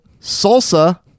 Salsa